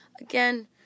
Again